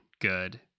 good